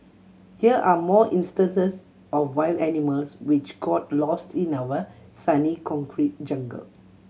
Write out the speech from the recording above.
here are more instances of wild animals which got lost in our sunny concrete jungle